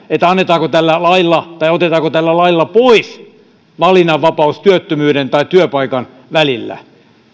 siitä annetaanko tällä lailla tai otetaanko tällä lailla pois valinnanvapaus työttömyyden tai työpaikan välillä